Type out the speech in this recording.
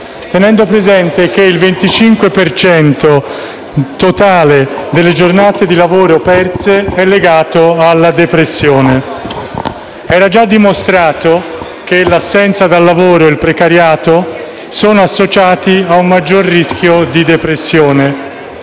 tenendo presente che il 25 per cento del totale delle giornate di lavoro perse è legato alla depressione. Era già dimostrato che l'assenza dal lavoro e il precariato sono associati a un maggior rischio di depressione.